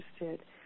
interested